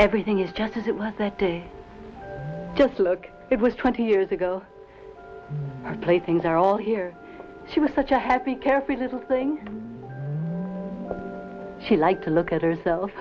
everything is just as it was that day just look it was twenty years ago our playthings are all here she was such a happy carefree little thing she liked to look at herself